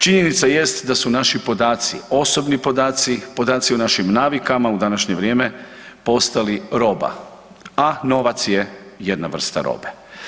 Činjenica jest da su naši podaci, osobni podaci, podaci o našim navikama u današnje vrijeme postali roba, a novac je jedna vrsta robe.